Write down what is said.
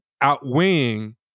outweighing